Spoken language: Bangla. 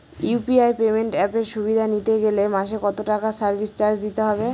ইউ.পি.আই পেমেন্ট অ্যাপের সুবিধা নিতে গেলে মাসে কত টাকা সার্ভিস চার্জ দিতে হবে?